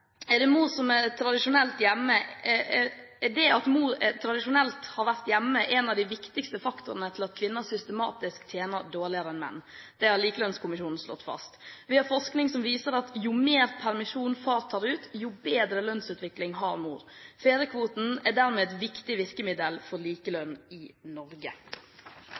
Det at mor tradisjonelt har vært hjemme, er en av de viktigste faktorene for at kvinner systematisk tjener dårligere enn menn. Det har Likelønnskommisjonen slått fast. Vi har forskning som viser at jo mer permisjon far tar ut, jo bedre lønnsutvikling har mor. Fedrekvoten er dermed et viktig virkemiddel for likelønn i Norge.